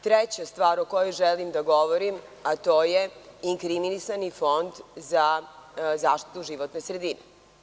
Treća stvar o kojoj želim da govorim je inkriminisani Fond za zaštitu životne sredine.